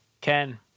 Ken